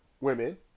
women